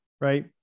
right